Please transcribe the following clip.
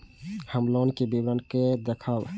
हम लोन के विवरण के देखब?